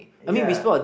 ya